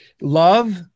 love